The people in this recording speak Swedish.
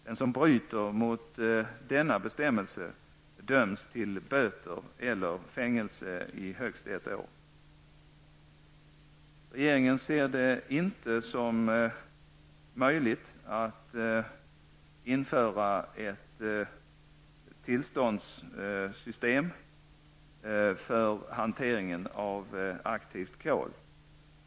Den som bryter mot denna bestämmelse döms till böter eller fängelse i högst ett år. Regeringen ser det inte som möjligt att införa ett tillståndssystem för hantering av aktivt kol.